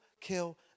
kill